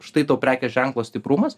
štai tau prekės ženklo stiprumas